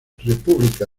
república